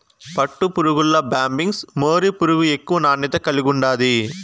పట్టుపురుగుల్ల Bombyx mori పురుగు ఎక్కువ నాణ్యత కలిగుండాది